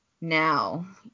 now